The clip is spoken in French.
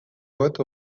vote